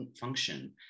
function